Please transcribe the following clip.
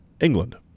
England